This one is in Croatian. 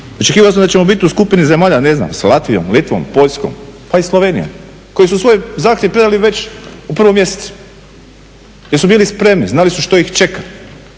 Očekivao sam da ćemo biti u skupini zemalja ne znam s Latvijom, Litvom, Poljskom pa i Slovenijom koje su svoj zahtjev predale već u 1.mjesecu jer su bile spremne, znale su što ih čeka.